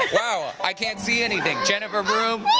wow, i can't see anything. jennifer broome.